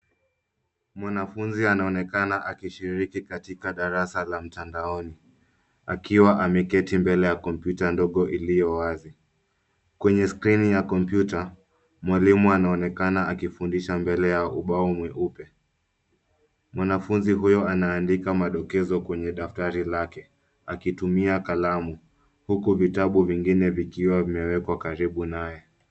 Mwanafunzi anaonekana akishiriki katika darasa la mtandaoni. Akiwa ameketi mbele ya kompyuta ndogo iliyo wazi. Kwenye skrini ya kompyuta, mwalimu anaonekana akifundisha mbele ya ubao mweupe. Mwanafunzi huyo anaandika madokezo kwenye daftari lake. Akitumia kalamu, huku vitabu vingine vikiwa vimewekwa karibu naye.